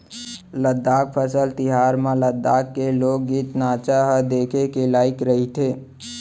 लद्दाख फसल तिहार म लद्दाख के लोकगीत, नाचा ह देखे के लइक रहिथे